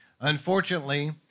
Unfortunately